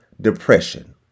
Depression